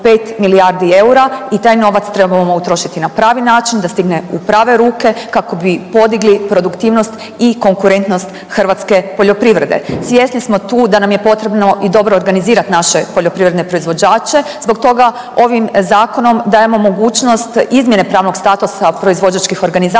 5 milijardi eura i taj novac trebamo utrošiti na pravi način da stigne u prave ruke kako bi podigli produktivnost i konkurentnost hrvatske poljoprivrede. Svjesni smo tu da nam je potrebno i dobro organizirat naše poljoprivredne proizvođače. Zbog toga ovim zakonom dajemo mogućnost izmjene pravnog statusa proizvođačkih organizacija